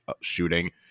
shooting